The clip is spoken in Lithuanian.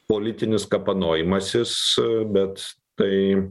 politinis kapanojimasis bet tai